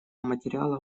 материала